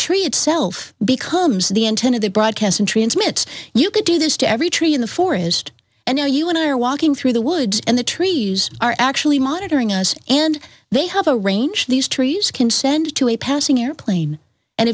tree itself becomes the intent of the broadcast and transmit you could do this to every tree in the forest and now you and i are walking through the woods and the trees are actually monitoring us and they have a range these trees can send it to a passing airplane and